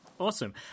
Awesome